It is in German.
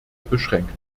beschränkt